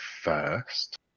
first